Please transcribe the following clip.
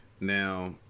Now